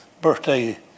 birthday